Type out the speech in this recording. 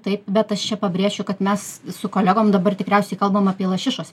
taip bet aš čia pabrėžčiau kad mes su kolegom dabar tikriausiai kalbam apie lašišas